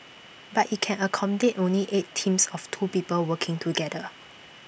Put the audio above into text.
but IT can accommodate only eight teams of two people working together